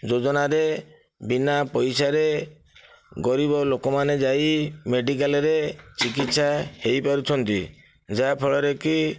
ଯୋଜନାରେ ବିନା ପଇସାରେ ଗରିବ ଲୋକମାନେ ଯାଇ ମେଡ଼ିକାଲରେ ଚିକିତ୍ସା ହୋଇପାରୁଛନ୍ତି ଯାହାଫଳରେ କି